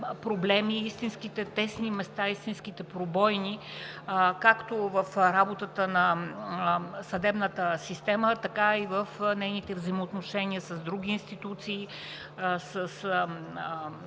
проблеми, истинските тесни места, истинските пробойни както в работата на съдебната система, така и в нейните взаимоотношения с други институции, с